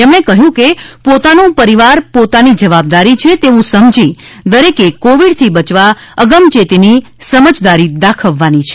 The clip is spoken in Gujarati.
તેમણે કહ્યું છે કે પોતાનું પરિવાર પોતાની જવાબદારી છે તેવું સમજી દરેકે કોવિડથી બચવા અગમચેતીની સમજદારી દાખવવાની છે